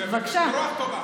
ואני שמחה מאוד שדווקא